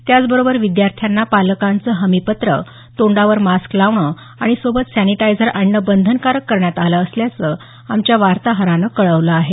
त्याचबरोबर विद्याथ्याँना पालकांचं हमीपत्र तोंडावर मास्क लावणं आणि सोबत सॅनीटायझर आणणं बंधनकारक करण्यात आलं असल्याचं आमच्या वार्ताहरानं कळवलं आहे